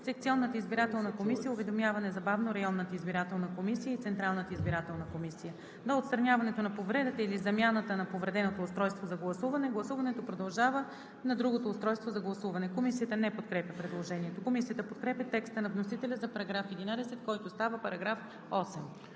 секционната избирателна комисия уведомява незабавно районната избирателна комисия и Централната избирателна комисия. До отстраняването на повредата или замяната на повреденото устройство за гласуване, гласуването продължава на другото устройство за гласуване.“. Комисията не подкрепя предложението. Комисията подкрепя текста на вносителя за § 11, който става § 8.